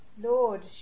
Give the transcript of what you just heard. Lord